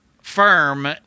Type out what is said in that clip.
firm